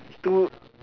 two